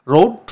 Road